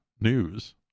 news